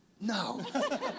No